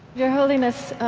your holiness,